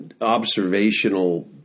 observational